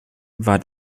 war